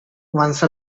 once